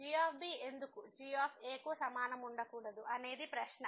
g ఎందుకు g కు సమానంగా ఉండకూడదు అనేదే ప్రశ్న